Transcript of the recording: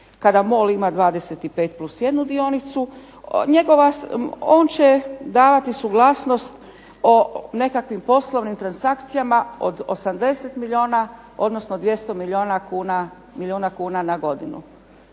kada MOL ima 25 plus jednu dionicu. On će davati suglasnost o nekakvim poslovnim transakcijama od 80 milijuna odnosno 200 milijuna kuna na godinu.